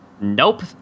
Nope